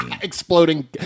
Exploding